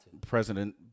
president